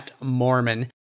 mormon